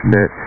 Net